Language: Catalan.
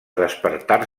despertar